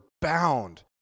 bound